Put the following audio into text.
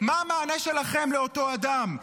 מה המענה שלכם לאותו אדם?